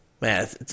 Man